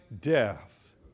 death